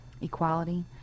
Equality